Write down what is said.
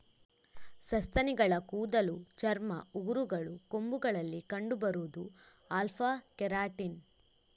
ಸಸ್ತನಿಗಳ ಕೂದಲು, ಚರ್ಮ, ಉಗುರುಗಳು, ಕೊಂಬುಗಳಲ್ಲಿ ಕಂಡು ಬರುದು ಆಲ್ಫಾ ಕೆರಾಟಿನ್